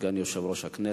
סגן יושב-ראש הכנסת,